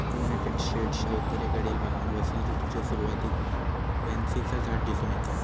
United स्टेट्सच्या उत्तरेकडील भागात वसंत ऋतूच्या सुरुवातीक पॅन्सीचा झाड दिसून येता